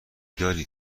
دارید